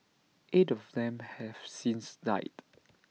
eight of them have since died